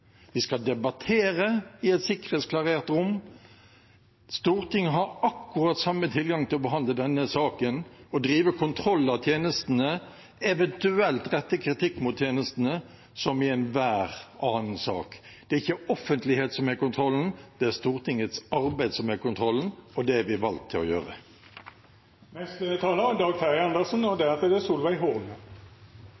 Vi skal debattere i et sikkerhetsklarert rom. Stortinget har akkurat samme tilgang til å behandle denne saken og drive kontroll med tjenestene, eventuelt rette kritikk mot tjenestene, som i enhver annen sak. Det er ikke offentlighet som er kontrollen, det er Stortingets arbeid som er kontrollen, og det er vi valgt til å